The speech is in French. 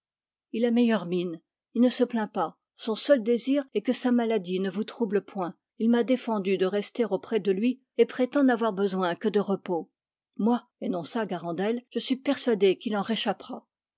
il a meilleure mine il ne se plaint pas son seul désir est que sa maladie ne vous trouble point il m'a défendu de rester auprès de lui et prétend n'avoir besoin que de repos moi énonça garandel je suis persuadé qu'il en réchappera